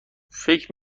فکر